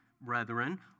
brethren